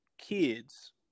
kids